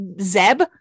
zeb